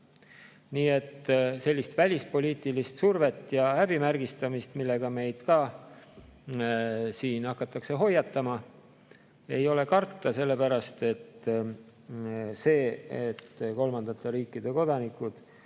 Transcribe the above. Nii et sellist välispoliitilist survet ja häbimärgistamist, mille eest meid siin hakatakse hoiatama, ei ole karta, sellepärast et see, et kolmandate riikide kodanikud